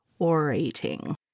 orating